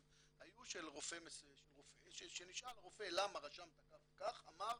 היו של רופא שכשנשאל הרופא למה רשמת כך וכך אמר,